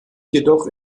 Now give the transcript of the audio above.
jedoch